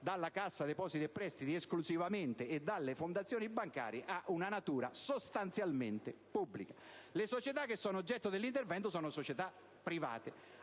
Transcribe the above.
dalla Cassa depositi e prestiti e dalle fondazioni bancarie, abbia una natura sostanzialmente pubblica. Le società che sono oggetto dell'intervento sono private;